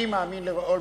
אני מאמין לאולמרט,